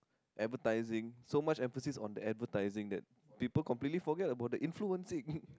advertising so much emphasis on the advertisement that people completely forget about the influencing